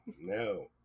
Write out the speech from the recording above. no